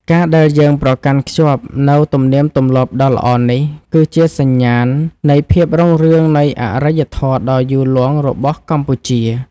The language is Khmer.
ការដែលយើងប្រកាន់ខ្ជាប់នូវទំនៀមទម្លាប់ដ៏ល្អនេះ គឺជាសញ្ញាណនៃភាពរុងរឿងនៃអរិយធម៌ដ៏យូរលង់របស់កម្ពុជា។